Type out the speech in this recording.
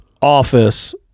office